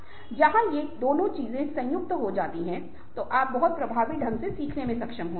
जब ये दोनों चीजें संयुक्त हो जाती हैं तो आप बहुत प्रभावी ढंग से सीखने में सक्षम होते हैं